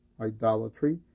idolatry